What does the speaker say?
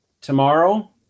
tomorrow